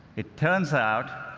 it turns out.